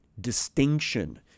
distinction